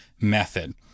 method